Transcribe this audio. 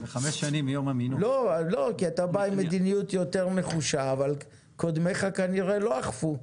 כי אתה בא עם מדיניות יותר נחושה אבל קודמייך כנראה לא אכפו.